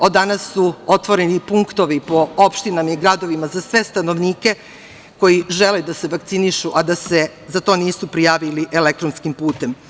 Od danas su otvoreni punktovi po opštinama i gradovima za sve stanovnike koji žele da se vakcinišu, a da se za to nisu prijavili elektronskim putem.